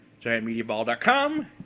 GiantMediaBall.com